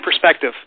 perspective